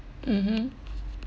mmhmm